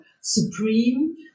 supreme